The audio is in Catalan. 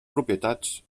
propietats